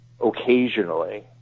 occasionally